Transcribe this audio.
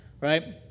right